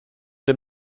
dem